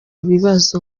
ibibazo